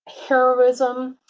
heroism.